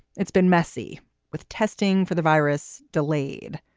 it's been messy with testing for the virus delayed.